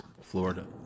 Florida